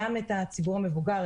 גם את הציבור המבוגר,